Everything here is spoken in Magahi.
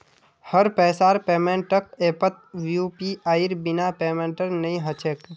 हर पैसार पेमेंटक ऐपत यूपीआईर बिना पेमेंटेर नइ ह छेक